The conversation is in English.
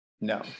no